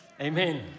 Amen